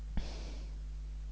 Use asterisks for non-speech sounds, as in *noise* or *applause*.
*breath*